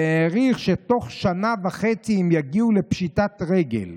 והעריך שבתוך שנה וחצי הם יגיעו לפשיטת רגל.